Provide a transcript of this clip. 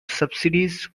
subsidies